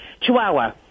chihuahua